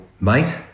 mate